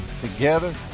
Together